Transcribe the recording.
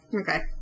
Okay